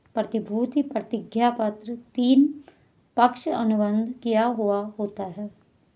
प्रतिभूति प्रतिज्ञापत्र तीन, पक्ष अनुबंध किया हुवा होता है